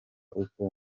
uko